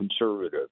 conservative